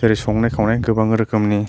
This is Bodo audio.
जेरै संनाय खावनाय गोबां रोखोमनि